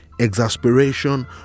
exasperation